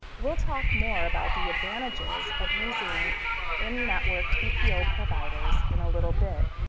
we'll talk more about the advantages of using in-network ppo ppo providers in a little bit,